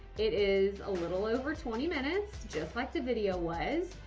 it is a little over twenty minutes, just like the video was,